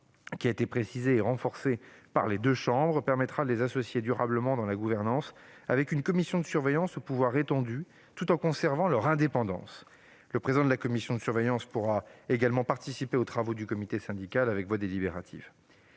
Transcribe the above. Ce schéma, précisé et renforcé par les deux assemblées, permettra d'associer durablement ces derniers dans la gouvernance. Il prévoit une commission de surveillance aux pouvoirs étendus, tout en conservant leur indépendance. Le président de la commission de surveillance pourra également participer aux travaux du comité syndical, avec voix délibérative.